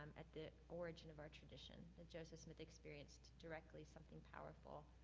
at the origin of our tradition. that joseph smith experienced directly something powerful.